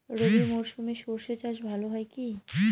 রবি মরশুমে সর্ষে চাস ভালো হয় কি?